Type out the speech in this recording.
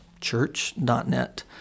church.net